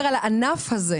הוא דיבר על הענף הזה.